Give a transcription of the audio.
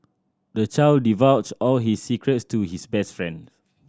the child divulged all his secrets to his best friend